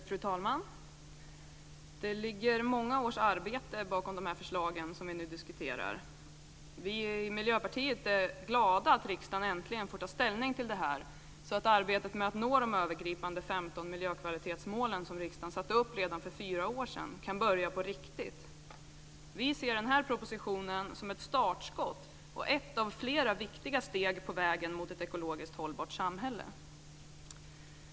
Fru talman! Det ligger många års arbete bakom de förslag som vi nu diskuterar. Vi i Miljöpartiet är glada åt att riksdagen äntligen får ta ställning till det här, så att arbetet med att nå de övergripande 15 miljökvalitetsmålen, som riksdagen satte upp redan för fyra år sedan, kan börja på riktigt. Vi ser den här propositionen som ett startskott och ett av flera viktiga steg på vägen mot ett ekologiskt hållbart samhälle.